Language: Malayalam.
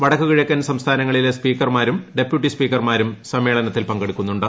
വട്ടക്ക് കിഴക്കൻ സംസ്ഥാനങ്ങളിലെ സ്പീർക്കർമാരും ഡെപ്യൂട്ടി സ്പീക്കർമാരും സമ്മേളനത്തിൽ പങ്കെടുക്കുന്നുണ്ട്